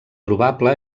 probable